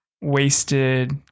wasted